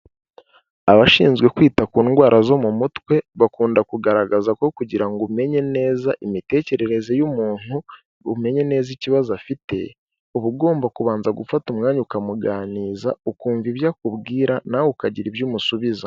Abashinzwe kwita ku ndwara zo mu mutwe, bakunda kugaragaza ko kugira ngo umenye neza imitekerereze y'umuntu, umenye neza ikibazo afite, uba ugomba kubanza gufata umwanya ukamuganiza ukumva ibyo akubwira nawe ukagira ibyo umusubiza.